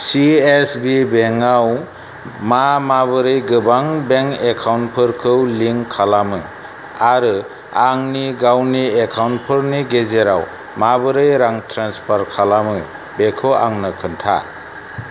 सि S B बेंकआव मा माबोरै गोबां बेंक एकाउन्टफोरखौ लिंक खालामो आरो आंनि गावनि एकाउन्टफोरनि गेजेराव माबोरै रां ट्रेन्सफार खालामो बेखौ आंनो खोन्था